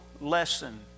lesson